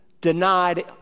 denied